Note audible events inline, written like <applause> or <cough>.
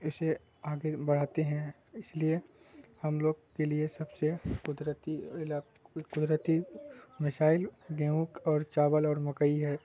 اسے آگے بڑھاتے ہیں اس لیے ہم لوگ کے لیے سب سے قدرتی <unintelligible> قدرتی وسائل گیہوں اور چاول اور مکئی ہے